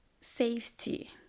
safety